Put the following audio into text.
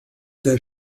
der